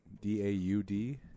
D-A-U-D